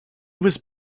was